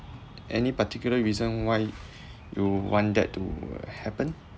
any particular reason why you want that to happen